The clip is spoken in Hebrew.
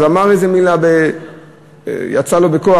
אז אמר איזו מילה שיצאה לו בכוח,